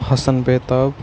Hassan Betaab